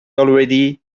already